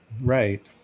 Right